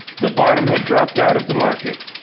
the bottom had dropped out of the market,